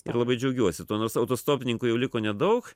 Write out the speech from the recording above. ir labai džiaugiuosi tuo nors autostopininkų jau liko nedaug